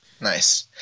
Nice